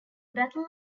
battle